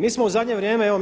Mi smo u zadnje vrijeme,